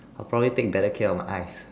I'll probably take better care of my eyes